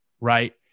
right